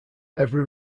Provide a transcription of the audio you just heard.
every